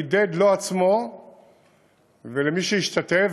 חידד לו עצמו ולמי שהשתתף,